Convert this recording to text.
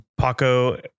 Paco